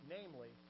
Namely